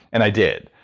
and i did.